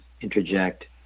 interject